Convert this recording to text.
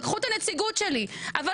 שלקחו את הנציגות שלו,